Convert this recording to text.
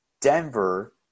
Denver